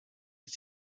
ist